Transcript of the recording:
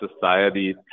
society